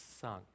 sung